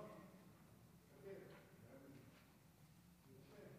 ההצעה להעביר את הנושא לוועדת הפנים והגנת הסביבה נתקבלה.